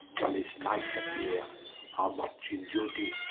shall this night appeare how much in duty,